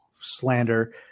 slander